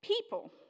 people